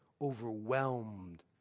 overwhelmed